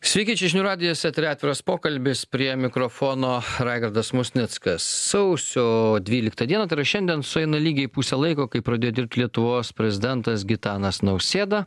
sveiki čia žinių radijas eteryje atviras pokalbis prie mikrofono raigardas musnickas sausio dvyliktą dieną tai yra šiandien sueina lygiai pusė laiko kai pradėjo dirbt lietuvos prezidentas gitanas nausėda